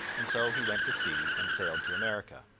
and so he went to sea and sailed to america.